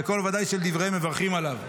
שכל ודאי של דבריהם מברכין עליו.